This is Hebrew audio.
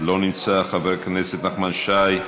לא נמצא, חבר הכנסת נחמן שי,